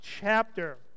chapter